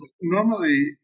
normally